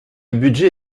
budget